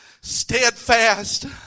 steadfast